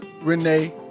Renee